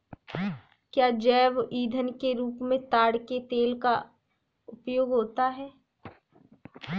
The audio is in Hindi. क्या जैव ईंधन के रूप में ताड़ के तेल का उपयोग होता है?